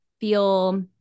feel